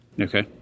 Okay